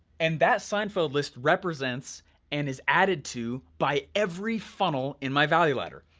and that seinfeld list represents and is added to by every funnel in my value ladder,